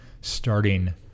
starting